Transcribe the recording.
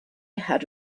had